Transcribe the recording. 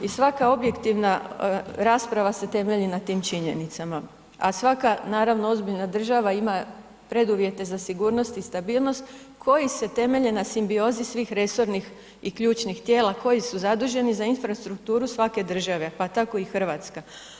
I svaka objektivna rasprava se temelji na tim činjenicama, a svaka naravno ozbiljna država ima preduvjete za sigurnost i stabilnost koji se temelje na simbiozi svih resornih i ključnih tijela koji su zaduženi za infrastrukturu svake države, pa tako i Hrvatska.